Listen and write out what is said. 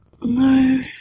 No